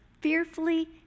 fearfully